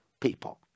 people